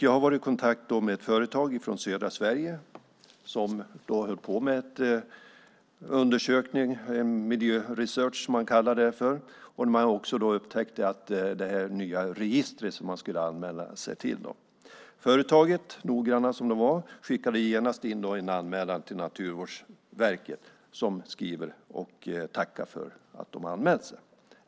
Jag har varit i kontakt med ett företag från södra Sverige som håller på med undersökningar - miljöresearch som man kallar det. Man har också upptäckt det nya registret som man skulle anmäla sig till. På företaget skickade de genast, noggranna som de var, in en anmälan till Naturvårdsverket som skrev och tackade för att de hade anmält sig.